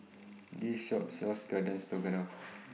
This Shop sells Garden Stroganoff